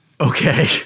Okay